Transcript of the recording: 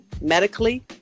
medically